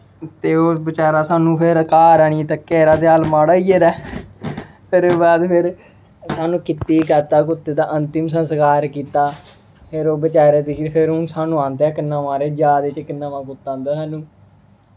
ते ओह् बचारा सानूं फिर घर आनियै तक्केआ ते हाल माड़ा होई गेदा ऐ फिर बाद फिर ओह्दे बाद कीता कुत्ते दा अंतिम संस्कार कीता फिर ओह् बचैरे दी फिर हून सानूं नमां आंदा कन्नै म्हाराज याद च इक नमां कुत्ता आंदा